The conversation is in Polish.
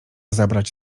zabrać